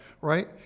right